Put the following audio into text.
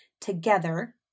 together